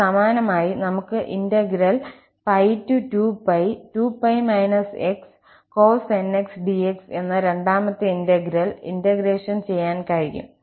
പിന്നെ സമാനമായി നമുക്ക് 2π2π xcosnx dx എന്ന രണ്ടാമത്തെ ഇന്റഗ്രൽ ഇന്റഗ്രേഷൻ ചെയ്യാൻ കഴിയും